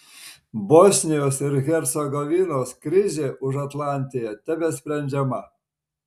bosnijos ir hercegovinos krizė užatlantėje tebesprendžiama